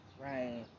right